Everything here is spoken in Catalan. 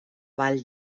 vall